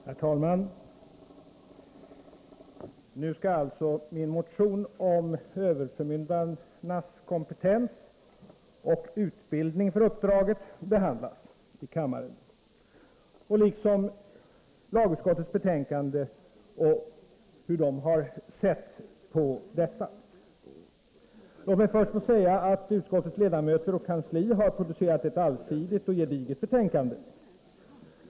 Herr talman! Nu skall alltså min motion om överförmyndares kompetens samt utbildning för uppdraget behandlas i kammaren, liksom också lagutskottets syn på frågan. Låt mig först säga att utskottets ledamöter och kansli har producerat ett allsidigt och gediget betänkande.